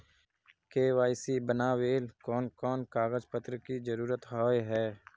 KYC बनावेल कोन कोन कागज पत्र की जरूरत होय है?